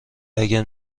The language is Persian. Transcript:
اگر